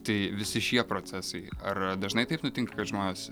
tai visi šie procesai ar dažnai taip nutinka kad žmonės